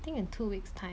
think in two weeks' time